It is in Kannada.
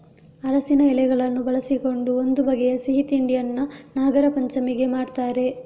ಅರಸಿನ ಎಲೆಗಳನ್ನು ಬಳಸಿಕೊಂಡು ಒಂದು ಬಗೆಯ ಸಿಹಿ ತಿಂಡಿಯನ್ನ ನಾಗರಪಂಚಮಿಗೆ ಮಾಡ್ತಾರೆ